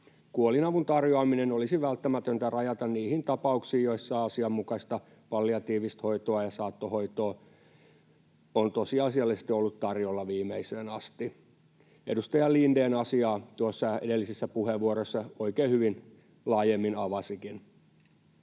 Kuolinavun tarjoaminen olisi välttämätöntä rajata niihin tapauksiin, joissa asianmukaista palliatiivista hoitoa ja saattohoitoa on tosiasiallisesti ollut tarjolla viimeiseen asti — edustaja Lindén asiaa tuossa edellisessä puheenvuorossa oikein hyvin laajemmin avasikin.